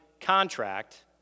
contract